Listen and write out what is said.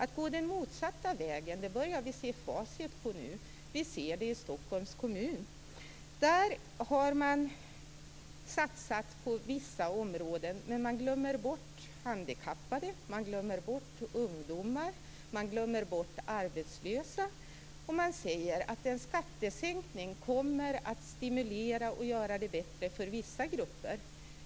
Vi börjar nu se facit av den motsatta vägen. Vi ser det i Stockholms kommun. Där har man satsat på vissa områden. Men man glömmer bort handikappade, ungdomar och arbetslösa. Och man säger att en skattesänkning kommer att stimulera och göra det bättre för vissa grupper.